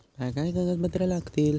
काय काय कागदपत्रा लागतील?